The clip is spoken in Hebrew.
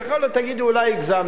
יכול להיות שתגידו: אולי הגזמנו.